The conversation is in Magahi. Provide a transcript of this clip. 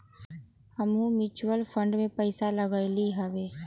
हमहुँ म्यूचुअल फंड में पइसा लगइली हबे